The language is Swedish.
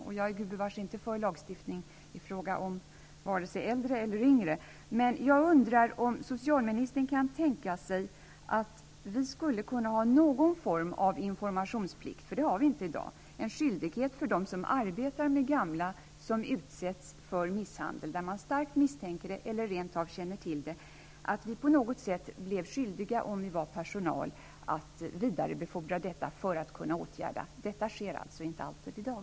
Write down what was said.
Jag är gud bevars inte för lagstiftning i fråga om vare sig äldre eller yngre, men jag undrar om socialministern kan tänka sig att vi skulle kunna ha någon form av informationsplikt -- för en sådan har vi inte i dag -- eller en skyldighet för dem som arbetar med gamla att på något sätt vidarebefordra det om de starkt misstänker misshandel eller rent av känner till det, för att man skall kunna vidta åtgärder. Detta sker alltså inte alltid i dag.